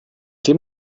dem